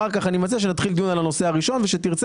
אחר כך אני מציע שנתחיל דיון על הנושא הראשון וכשתרצה,